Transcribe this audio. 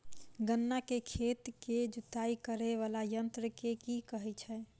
गन्ना केँ खेत केँ जुताई करै वला यंत्र केँ की कहय छै?